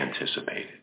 anticipated